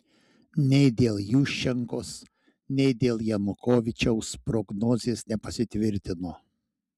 nei dėl juščenkos nei dėl janukovyčiaus prognozės nepasitvirtino